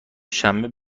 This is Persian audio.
شنبه